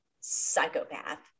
psychopath